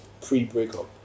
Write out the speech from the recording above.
pre-breakup